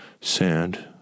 Sand